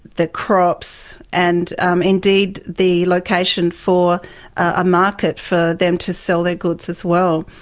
the crops, and um indeed the location for a market for them to sell their goods as well.